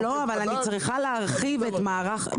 אבל אני צריכה להרחיב את המערך.